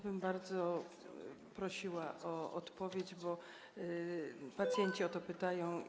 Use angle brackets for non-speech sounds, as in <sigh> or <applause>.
Bardzo bym prosiła o odpowiedź, bo pacjenci <noise> o to pytają.